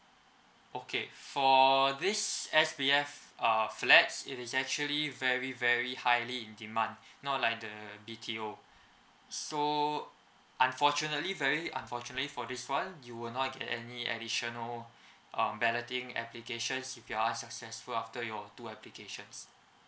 okay for this S_P_F uh flats it is actually very very highly in demand not like the B_T_O so unfortunately very unfortunately for this [one] you will not get any additional um balloting applications if you're unsuccessful after your two applications